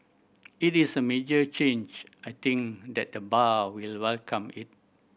it is a major change I think that the bar will welcome it